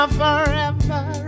forever